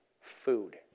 food